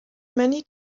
many